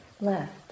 left